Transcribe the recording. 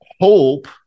hope